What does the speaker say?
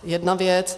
Jedna věc.